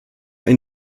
ein